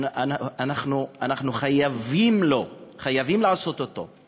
אנחנו חייבים בו, חייבים לעשות אותו.